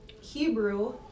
Hebrew